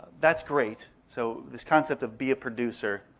that's great. so this concept of be a producer,